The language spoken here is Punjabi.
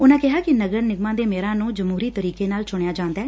ਉਨੂਾ ਨੇ ਕਿਹਾ ਕਿ ਨਗਰ ਨਿਗਮਾਂ ਦੇ ਮੇਅਰਾਂ ਨੂੰ ਜਮਹੂਰੀ ਤਰੀਕੇ ਨਾਲ ਚੂਣਿਆ ਜਾਂਦੈ